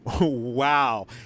Wow